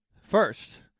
First